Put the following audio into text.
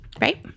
Right